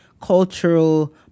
cultural